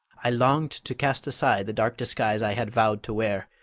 i longed to cast aside the dark disguise i had vowed to wear,